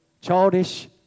childish